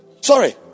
Sorry